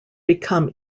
become